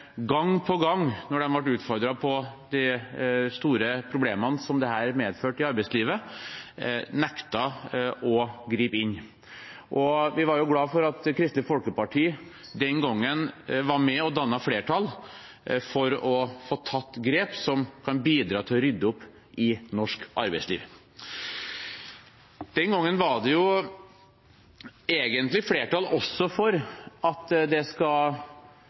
gang på gang når de ble utfordret på de store problemene dette medførte i arbeidslivet, nektet å gripe inn. Vi var glade for at Kristelig Folkeparti den gangen var med og dannet flertall for å få tatt grep som kan bidra til å rydde opp i norsk arbeidsliv. Den gangen var det egentlig flertall også for at det skal